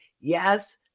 yes